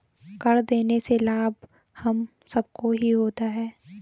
कर देने से लाभ हम सबको ही होता है